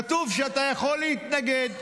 כתוב שאתה יכול להתנגד.